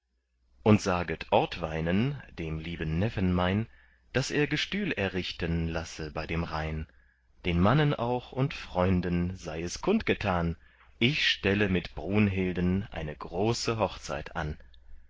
und saget ortweinen dem lieben neffen mein daß er gestühl errichten lasse bei dem rhein den mannen auch und freunden sei es kund getan ich stelle mit brunhilden eine große hochzeit an